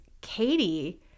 katie